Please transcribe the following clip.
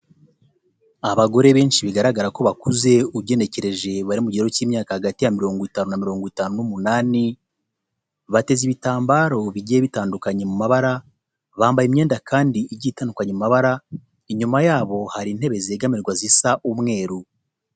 Abagore benshi bigaragara ko bakuze ugenekereje bari mu kigero cy'imyaka hagati ya mirongo itanu na mirongo itanu n'umunani, bateze ibitambaro bigiye bitandukanye mu mabara, bambaye imyenda kandi igiye itandukanye mu mabara, inyuma yabo hari intebe zegamirwa zisa umweru.